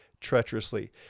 treacherously